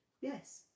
Yes